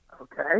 Okay